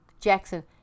Jackson